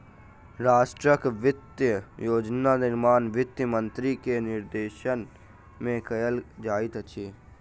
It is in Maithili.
राष्ट्रक वित्तीय योजना निर्माण वित्त मंत्री के निर्देशन में कयल जाइत अछि